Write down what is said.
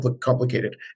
complicated